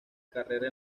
carrera